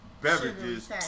beverages